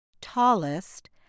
tallest